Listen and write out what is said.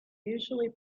usually